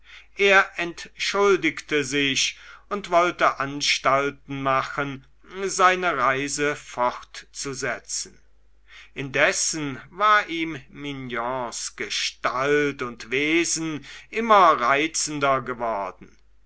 er entschuldigte sich und wollte anstalten machen seine reise fortzusetzen indessen war ihm mignons gestalt und wesen immer reizender geworden